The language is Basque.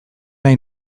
nahi